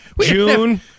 June